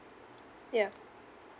ya